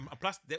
plus